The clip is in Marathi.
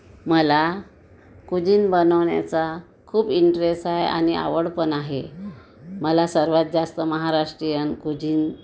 मला कुझीन बनवण्याचा खूप इंटरेस आहे आणि आवड पण आहे मला सर्वात जास्त महाराष्ट्रीयन कुझीन